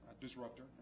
disruptor